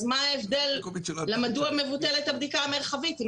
אז מדוע מבוטלת הבדיקה המרחבית אם